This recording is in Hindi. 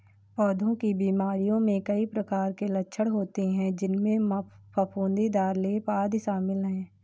पौधों की बीमारियों में कई प्रकार के लक्षण होते हैं, जिनमें फफूंदीदार लेप, आदि शामिल हैं